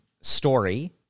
story